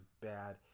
bad